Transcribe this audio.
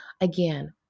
Again